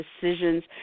decisions